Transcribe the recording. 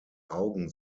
augen